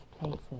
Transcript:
places